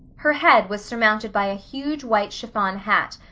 her head was surmounted by a huge white chiffon hat,